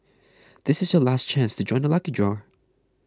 this is your last chance to join the lucky draw